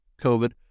COVID